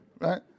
Right